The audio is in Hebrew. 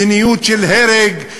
מדיניות של הרג,